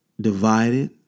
Divided